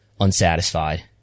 unsatisfied